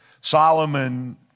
Solomon